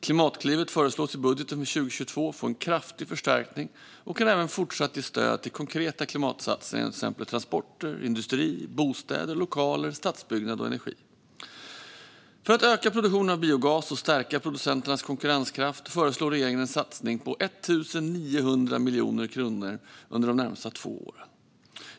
Klimatklivet föreslås i budgeten för 2022 få en kraftig förstärkning och kan även fortsatt ge stöd till konkreta klimatsatsningar inom till exempel transporter, industri, bostäder, lokaler, stadsbyggnad och energi. För att öka produktionen av biogas och stärka producenternas konkurrenskraft föreslår regeringen en satsning på 1 900 miljoner kronor under de närmaste två åren.